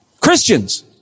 Christians